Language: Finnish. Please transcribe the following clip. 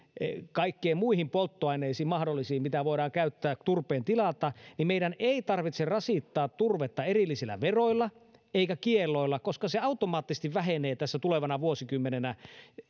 kaikkiin muihin mahdollisiin polttoaineisiin mitä voidaan käyttää turpeen tilalta niin meidän ei tarvitse rasittaa turvetta erillisillä veroilla eikä kielloilla koska se automaattisesti vähenee tässä tulevana vuosikymmenenä